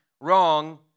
wrong